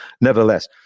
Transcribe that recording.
nevertheless